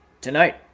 tonight